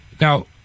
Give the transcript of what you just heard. Now